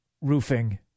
Roofing